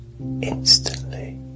instantly